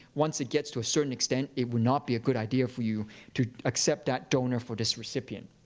once it gets to a certain extent it will not be a good idea for you to accept that donor for this recipient.